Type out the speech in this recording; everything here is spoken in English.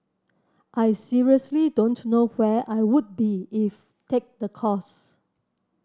I seriously don't know where I would be if take the course